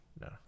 No